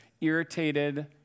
irritated